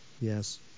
Yes